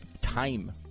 time